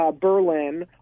Berlin